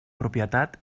propietat